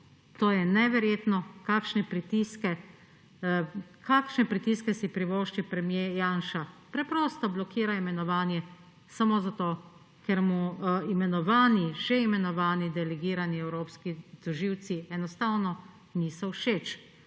To je neverjetno kakšne pritiske si privošči premier Janša; preprosto blokira imenovanje samo zato, ker mu že imenovani delegirani evropski tožilci enostavno niso všeč